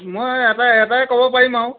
মই এটা এটাই ক'ব পাৰিম আৰু